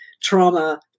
trauma